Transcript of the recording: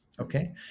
okay